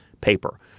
paper